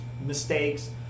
mistakes